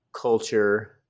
culture